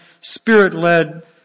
spirit-led